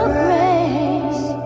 grace